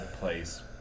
place